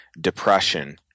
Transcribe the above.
depression